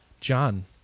John